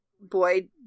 boy